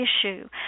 issue